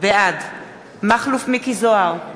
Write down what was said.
בעד מכלוף מיקי זוהר,